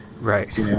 Right